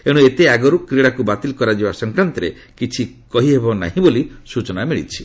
ଏଣୁ ଏତେ ଆଗରୁ କ୍ରୀଡ଼ାକୁ ବାତିଲ କରାଯିବା ସଂକ୍ରାନ୍ତରେ କିଛି କହି ହେବ ନାହିଁ ବୋଲି ସୂଚନା ମିଳିଛି